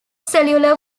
cellular